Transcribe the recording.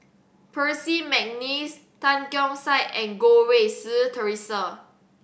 Percy McNeice Tan Keong Saik and Goh Rui Si Theresa